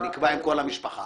נקבע עם כל המשפחה.